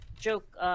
joke